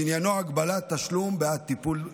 שעניינו הגבלת תשלום בעד טיפול בתביעה.